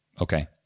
Okay